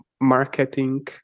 marketing